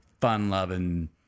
fun-loving